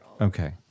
Okay